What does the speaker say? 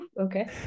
Okay